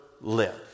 live